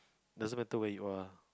doesn't matter where you are